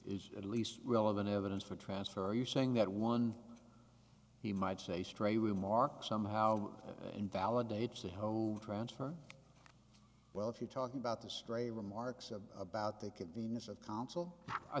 is at least relevant evidence for transfer you saying that one he might say stray remark somehow invalidates the home transfer well if you're talking about the stray remarks of about the convenience of council i